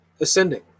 ascending